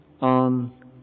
on